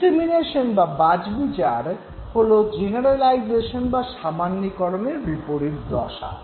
discrimination বা বাছবিচার হল জেনারালাইজেশন বা সামান্যীকরণের বিপরীত দশা